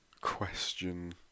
question